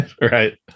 Right